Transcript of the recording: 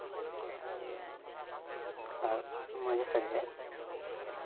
ᱟᱨ ᱢᱟᱡᱷᱮ ᱥᱟᱡᱷᱮ